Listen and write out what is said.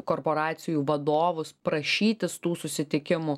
korporacijų vadovus prašytis tų susitikimų